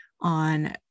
on